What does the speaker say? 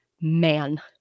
man